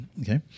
okay